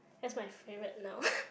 that's my favourite now